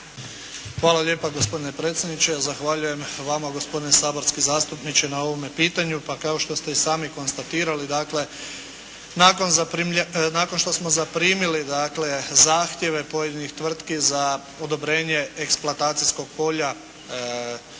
Hvala lijepa gospodine predsjedniče. Zahvaljujem Vama gospodine saborski zastupniče na ovome pitanju. Pa kao što ste i sami konstatirali dakle, nakon zaprimljene, nakon što smo zaprimili, dakle, zahtjeve pojedinih tvrtki za odobrenje eksplatakcijskog polja